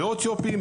בלי אתיופים,